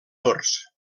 dors